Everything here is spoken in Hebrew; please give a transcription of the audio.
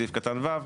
סעיף (ו),